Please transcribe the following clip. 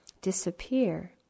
disappear